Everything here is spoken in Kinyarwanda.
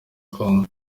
kongo